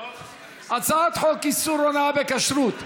הצעת חוק איסור הונאה בכשרות (תיקון,